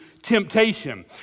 temptation